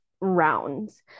rounds